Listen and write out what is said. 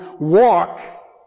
Walk